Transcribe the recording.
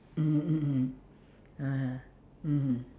mm mm mm (uh huh) mmhmm